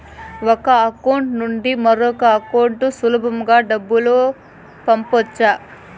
ఒక అకౌంట్ నుండి మరొక అకౌంట్ కు సులభమా డబ్బులు పంపొచ్చా